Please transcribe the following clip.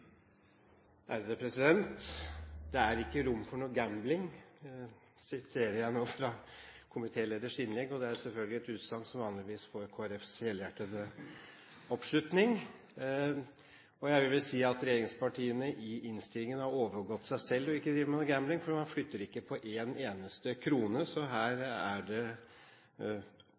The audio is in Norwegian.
Det er «ikke rom for gambling», siterer jeg nå fra komitélederens innlegg. Det er selvfølgelig et utsagn som vanligvis får Kristelig Folkepartis helhjertede oppslutning. Jeg vil si at regjeringspartiene i innstillingen har overgått seg selv ved ikke å drive med gambling, for man flytter ikke på en eneste krone. Så her er det